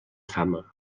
fama